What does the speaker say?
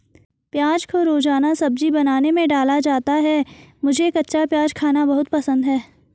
प्याज को रोजाना सब्जी बनाने में डाला जाता है मुझे कच्चा प्याज खाना बहुत पसंद है